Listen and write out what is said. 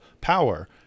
power